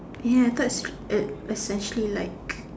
ya I thought its it essentially like